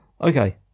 Okay